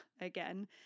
again